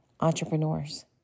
entrepreneurs